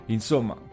Insomma